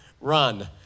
run